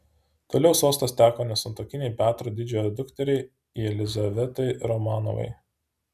toliau sostas teko nesantuokinei petro didžiojo dukteriai jelizavetai romanovai